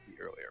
earlier